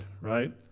right